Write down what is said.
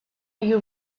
you